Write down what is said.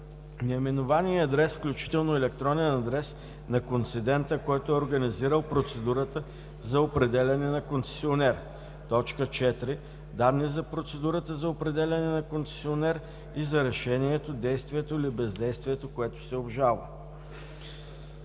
наименование и адрес, включително електронен адрес на концедента, който е организирал процедурата за определяне на концесионер; 4. данни за процедурата за определяне на концесионер и за решението, действието или бездействието, което се обжалва;